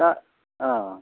दा